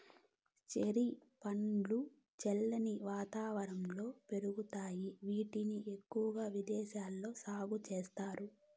cherry పండ్లు చల్లని వాతావరణంలో పెరుగుతాయి, వీటిని ఎక్కువగా విదేశాలలో సాగు చేస్తారు